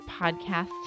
podcast